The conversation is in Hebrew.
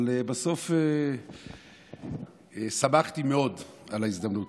אבל בסוף שמחתי מאוד על הזדמנות.